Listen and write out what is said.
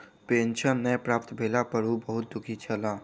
pension नै प्राप्त भेला पर ओ बहुत दुःखी छला